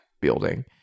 building